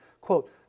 quote